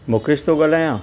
मुकेश थो ॻाल्हायां